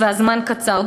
והזמן קצר.